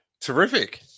terrific